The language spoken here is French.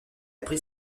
pris